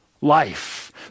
life